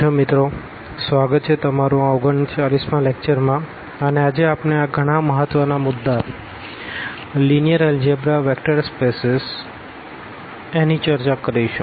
તો સ્વાગત છે તમારું આ 39 માં લેકચર માં અને આજે આપણે ગણા મહત્વ ના મુદ્દા લીનીઅર અલ્જેબ્રા વેક્ટર સ્પેસીસમાં ચર્ચા કરીશું